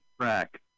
Track